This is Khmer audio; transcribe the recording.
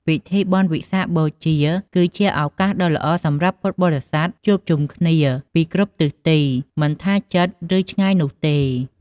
ពិធីបុណ្យវិសាខបូជាគឺជាឱកាសដ៏ល្អសម្រាប់ពុទ្ធបរិស័ទជួបជុំគ្នាពីគ្រប់ទិសទី មិនថាជិត ឬឆ្ងាយនោះទេ។